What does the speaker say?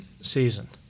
season